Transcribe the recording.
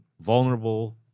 vulnerable